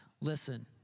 Listen